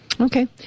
okay